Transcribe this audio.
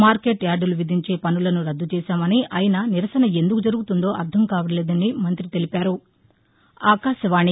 market యార్దులు విధించే పన్నులను రద్దు చేశామని అయినా నిరసన ఎందుకు జరుగుతోందో అర్లం కావడం లేదని మంతి తెలిపారు